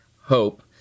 Hope